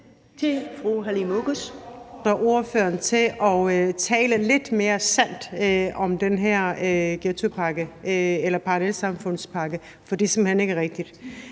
[Lydudfald] ... få ordføreren til at tale lidt mere sandt om den her parallelsamfundspakke, for det er simpelt hen ikke rigtigt,